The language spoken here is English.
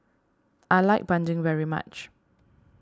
I like Bandung very much